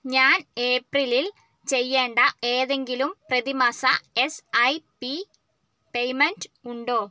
ഞാൻ ഏപ്രിലിൽ ചെയ്യേണ്ട ഏതെങ്കിലും പ്രതിമാസ എസ് ഐ പി പെയ്മെൻറ്റ് ഉണ്ടോ